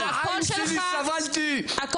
הקול שלך חשוב.